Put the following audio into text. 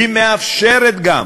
זה מאפשר גם,